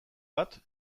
bat